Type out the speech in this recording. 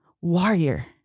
Warrior